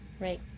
Right